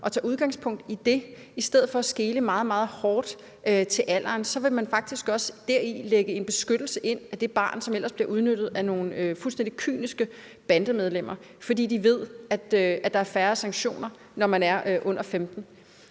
og tager udgangspunkt i det i stedet for at skele meget, meget hårdt til alderen, så vil man faktisk også deri lægge en beskyttelse ind af det barn, som ellers bliver udnyttet af nogle fuldstændig kyniske bandemedlemmer, fordi de ved, at der er færre sanktioner, når man er under 15